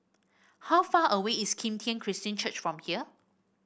how far away is Kim Tian Christian Church from here